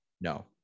No